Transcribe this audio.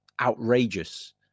outrageous